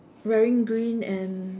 wearing green and